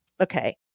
Okay